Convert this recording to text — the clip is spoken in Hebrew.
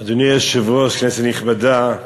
אדוני היושב-ראש, כנסת נכבדה,